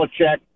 Belichick